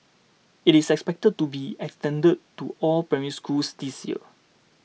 it is expected to be extended to all Primary Schools this year